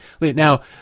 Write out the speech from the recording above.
Now